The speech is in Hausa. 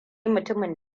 mutumin